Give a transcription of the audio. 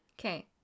Okay